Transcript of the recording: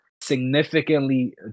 significantly